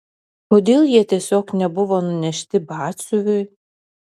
kodėl jie tiesiog nebuvo nunešti batsiuviui